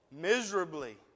miserably